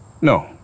No